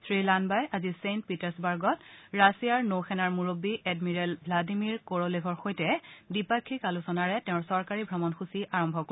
শ্ৰী লাম্বাই আজি চেইণ্ট পিটাৰ্চবাৰ্গত ৰাছিয়াৰ নৌ সেনাৰ মূৰববী এডমিৰেল চ্লাডিমিৰ কৰ'লেভৰ সৈতেদ্বিপাক্ষিক আলোচনাৰে তেওঁৰ চৰকাৰী ভ্ৰমণসূচী আৰম্ভ কৰিব